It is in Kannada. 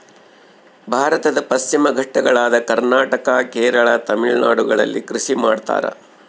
ಭಾರತದ ಪಶ್ಚಿಮ ಘಟ್ಟಗಳಾದ ಕರ್ನಾಟಕ, ಕೇರಳ, ತಮಿಳುನಾಡುಗಳಲ್ಲಿ ಕೃಷಿ ಮಾಡ್ತಾರ?